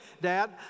Dad